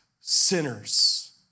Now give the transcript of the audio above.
sinners